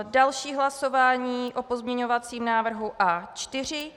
Další hlasování o pozměňovacím návrhu A4.